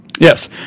Yes